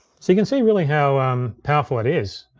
so you can see really how um powerful it is.